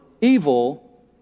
evil